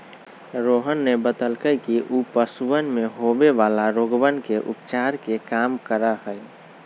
रोहन ने बतल कई कि ऊ पशुवन में होवे वाला रोगवन के उपचार के काम करा हई